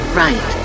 right